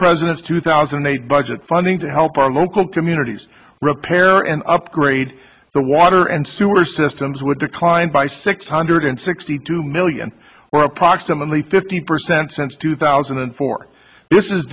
president's two thousand and eight budget funding to help our local communities repair and upgrade the water and sewer systems were declined by six hundred sixty two million or approximately fifty percent since two thousand and four this is